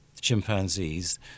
chimpanzees